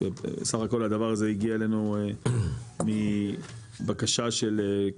סך הכל הדבר הזה הגיע אלינו מבקשה שכמו